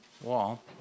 wall